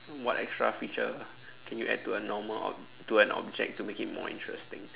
what extra feature can you add to a normal ob~ to an object to make it more interesting